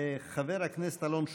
חבר הכנסת אלון שוסטר.